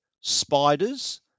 spiders